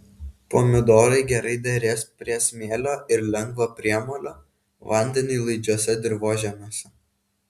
pomidorai gerai derės priesmėlio ir lengvo priemolio vandeniui laidžiuose dirvožemiuose